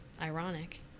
ironic